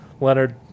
Leonard